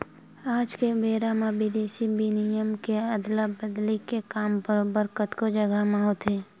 आज के बेरा म बिदेसी बिनिमय के अदला बदली के काम बरोबर कतको जघा म होथे